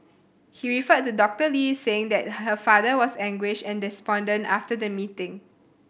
he referred to Doctor Lee saying that her father was anguished and despondent after the meeting